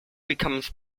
becomes